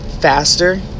faster